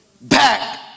back